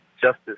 Justice